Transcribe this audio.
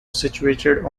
situated